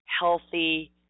healthy